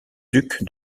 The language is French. duc